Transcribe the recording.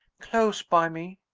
close by me.